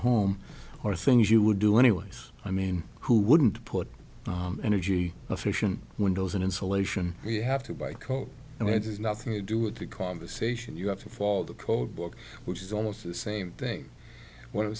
home or things you would do anyways i mean who wouldn't put energy efficient windows in insulation you have to buy coal and it is nothing to do with the conversation you have to fall the code book which is almost the same thing what i